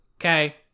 Okay